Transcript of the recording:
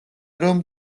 რომ